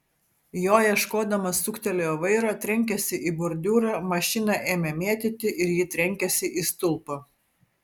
jo ieškodamas suktelėjo vairą trenkėsi į bordiūrą mašiną ėmė mėtyti ir ji trenkėsi į stulpą